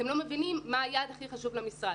הוא אמר שאנחנו לא מבינים מה היעד הכי חשוב למשרד.